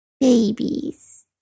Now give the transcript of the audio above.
babies